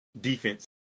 Defense